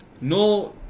No